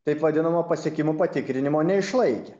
taip vadinamo pasiekimų patikrinimo neišlaikė